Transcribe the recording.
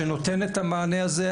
שנותן את המענה הזה,